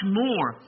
more